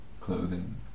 clothing